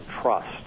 trust